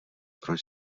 proč